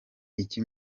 iki